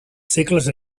segles